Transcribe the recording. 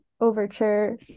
Overture